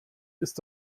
ist